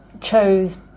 chose